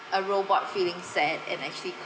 a robot feeling sad and actually